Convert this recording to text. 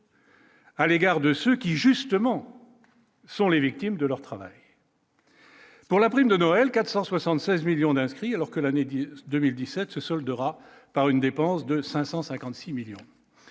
à l'égard de ceux qui justement sont les victimes de leur travail. Pour la prime de Noël, 476 millions d'inscrits, alors que l'année d'ici 2017 se soldera par une dépense de 556 millions